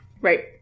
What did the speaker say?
Right